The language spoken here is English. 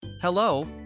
hello